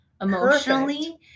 Emotionally